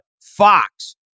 Fox